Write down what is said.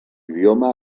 idioma